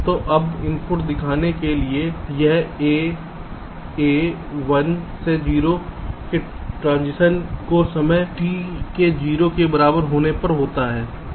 तो अब इनपुट दिखाने के लिए यह a a 1 से 0 के ट्रांजिशन Transition को समय t के 0 के बराबर होने पर होता है